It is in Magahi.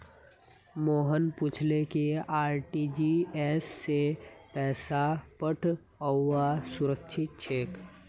मोहन पूछले कि आर.टी.जी.एस स पैसा पठऔव्वा सुरक्षित छेक